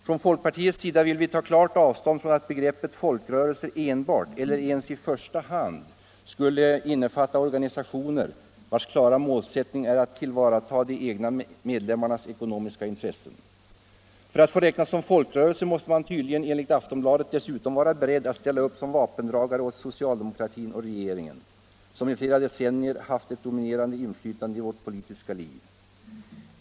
Från folkpartiets sida vill vi klart ta avstånd från att begreppet folkrörelse enbart eller ens i första hand skulle innefatta organisationer, vilkas klara målsättning är att tillvarata de egna medlemmarnas ekonomiska intressen. För att få räknas som folkrörelse måste man tydligen enligt Aftonbladet dessutom vara beredd att ställa upp som vapendragare åt socialdemokratin och regeringen, som i flera decennier haft ett dominerande inflytande i vårt politiska liv.